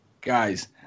Guys